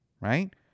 Right